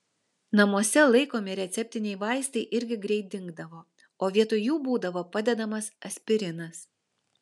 namuose laikomi receptiniai vaistai irgi greit dingdavo o vietoj jų būdavo padedamas aspirinas